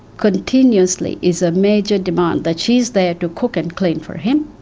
continuously is a major demand that she is there to cook and clean for him,